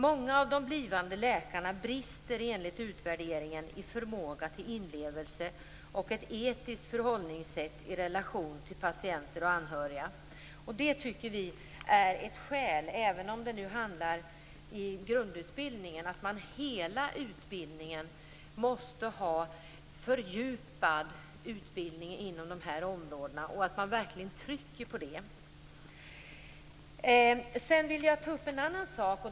Många av de blivande läkarna brister enligt utvärderingen i förmåga till inlevelse och etiskt förhållningssätt i relation till patienter och anhöriga. Även om det nu handlar om grundutbildningen tycker vi att det är ett skäl till att det genom hela utbildningen skall finnas en fördjupad utbildning inom dessa områden. Man måste verkligen trycka på det. Jag vill ta upp en annan sak.